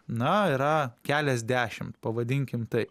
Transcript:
na yra keliasdešim pavadinkime taip